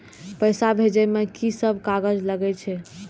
पैसा भेजे में की सब कागज लगे छै?